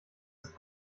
ist